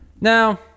Now